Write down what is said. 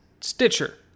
Stitcher